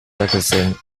magazine